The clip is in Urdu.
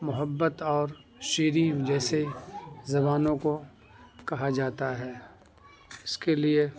محبت اور شیرین جیسے زبانوں کو کہا جاتا ہے اس کے لیے